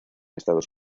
estados